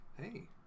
hey